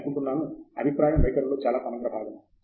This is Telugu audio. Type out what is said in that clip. నేను అనుకుంటున్నాను అభిప్రాయం వైఖరిలో చాలా సమగ్ర భాగం